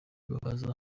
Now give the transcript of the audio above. bakaza